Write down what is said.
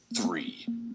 three